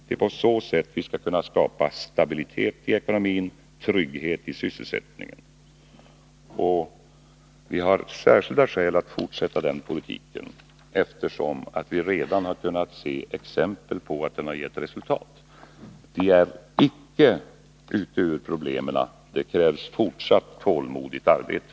Det är på så sätt vi skall kunna skapa stabilitet i ekonomin och trygghet i sysselsättningen. Vi har särskilda skäl att fortsätta den politiken, eftersom vi redan har kunnat se exempel på att den har givit resultat. Vi är dock inte ute ur problemen. Det krävs fortsatt tålmodigt arbete.